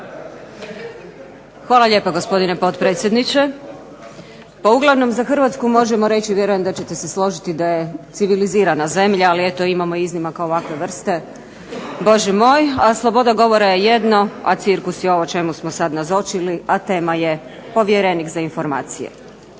Hvala lijepa gospodine potpredsjedniče. Pa uglavnom za Hrvatsku možemo reći, vjerujem da ćete se složiti, da je civilizirana zemlja, ali eto imamo iznimaka ovakve vrste Bože moj. A sloboda govora je jedno, a cirkus je ovo čemu smo sad nazočili, a tema je povjerenik za informacije.